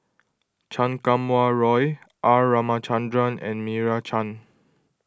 Chan Kum Wah Roy R Ramachandran and Meira Chand